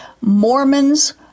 Mormons